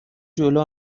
جلو